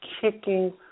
kicking